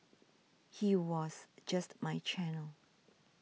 he was just my channel